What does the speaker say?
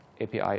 API